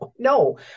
No